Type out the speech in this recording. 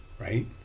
Right